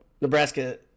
Nebraska